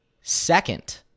second